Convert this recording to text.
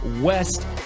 West